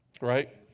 Right